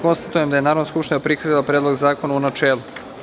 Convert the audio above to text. Konstatujem da je Narodna skupština prihvatila Predlog zakona u načelu.